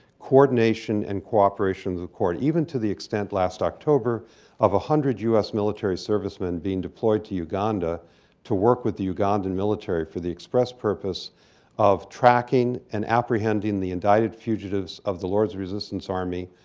coordination and cooperation with the court, even to the extent last october of a hundred u s. military servicemen being deployed to uganda to work with the ugandan military for the express purpose of tracking and apprehending the indicted fugitives of the lord's resistance army,